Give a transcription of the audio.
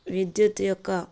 విద్యుత్ యొక్క